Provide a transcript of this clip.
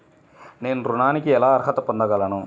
నేను ఋణానికి ఎలా అర్హత పొందగలను?